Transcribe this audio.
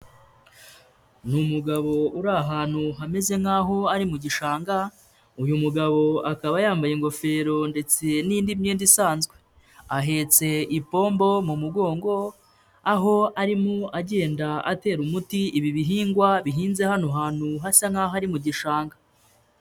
Ni umugabo uri ahantu hameze nkaho ari mu gishanga, uyu mugabo akaba yambaye ingofero ndetse n'indi myenda isanzwe, ahetse ipombo mu mugongo aho arimo agenda atera umuti ibi bihingwa bihinze hano ahantu hasa nkaho ari mu gishanga.